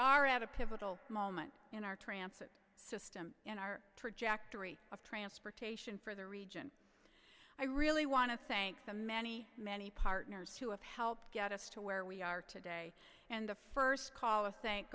are at a pivotal moment in our transit system in our trajectory of transportation for the region i really want to thank the many many partners who have helped get us to where we are today and the first call a think